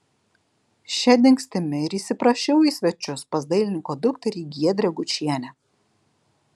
šia dingstimi ir įsiprašiau į svečius pas dailininko dukterį giedrę gučienę